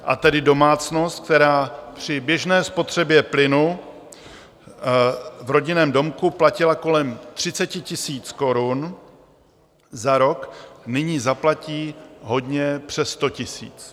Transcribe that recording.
A tedy domácnost, která při běžné spotřebě plynu v rodinném domku platila kolem 30 000 korun za rok, nyní zaplatí hodně přes 100 000.